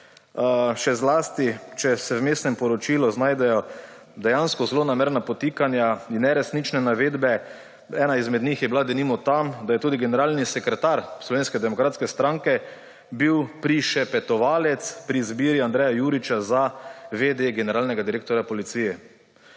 še zlasti če se v Vmesnem poročilu znajdejo dejansko zlonamerna podtikanja in neresnične navedbe. Ena izmed njih je bila denimo ta, da je tudi generalni sekretar SDS bil prišepetovalec pri izbiri Andreja Juriča za vedeja generalnega direktorja policije.